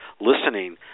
listening